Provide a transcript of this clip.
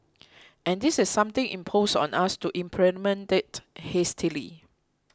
and this is something imposed on us to implement it hastily